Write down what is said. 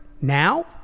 now